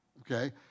Okay